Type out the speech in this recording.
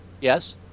Yes